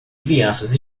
crianças